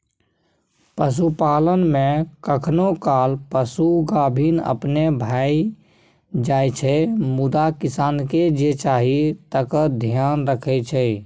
पशुपालन मे कखनो काल पशु गाभिन अपने भए जाइ छै मुदा किसानकेँ जे चाही तकर धेआन रखै छै